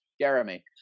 Jeremy